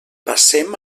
passem